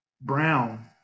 Brown